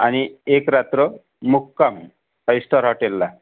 आणि एक रात्र मुक्काम फाईव्ह स्टार हॉटेलला